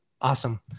awesome